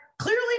Clearly